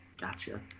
Gotcha